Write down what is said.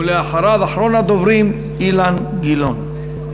ואחריו, אחרון הדוברים, אילן גילאון.